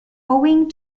owing